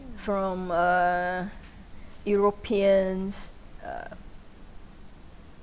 from uh europeans ugh